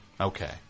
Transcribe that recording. Okay